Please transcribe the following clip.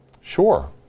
Sure